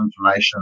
information